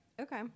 Okay